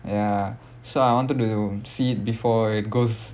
ya so I wanted to see it before it goes